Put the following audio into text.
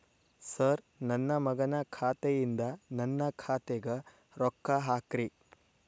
sir ನನ್ನ ಮಗನ ಖಾತೆ ಯಿಂದ ನನ್ನ ಖಾತೆಗ ರೊಕ್ಕಾ ಹಾಕ್ರಿ